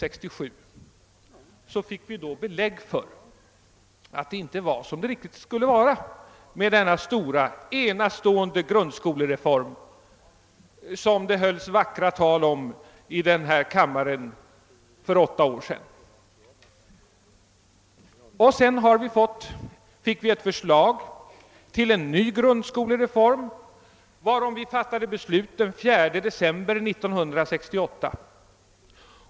1966/67 fick vi belägg för att det inte var riktigt som det borde med denna stora, enastående grundskolereform, som det hölls vackra tal om i denna kammare för åtta år sedan. Vi fick 1968 ett förslag till en ny grundskolereform, varom vi fattade beslut den 4 december 1968.